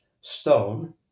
stone